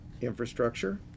infrastructure